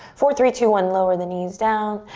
four, three, two, one. lower the knees down.